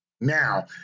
Now